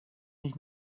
nicht